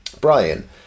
Brian